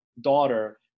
daughter